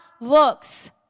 looks